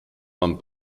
man